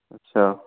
अच्छा